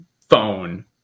phone